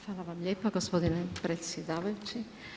Hvala vam lijepa gospodine predsjedavajući.